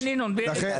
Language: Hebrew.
כן, ינון.